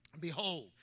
Behold